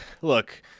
Look